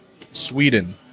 Sweden